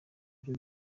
byo